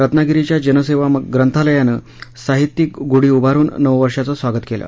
रत्नागिरीच्या जनसेवा ग्रंथालयानं साहित्यीक गुढी उभारुन नववर्षाचं स्वागत केलं